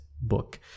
book